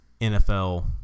NFL